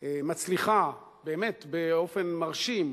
מצליחה, באמת, באופן מרשים,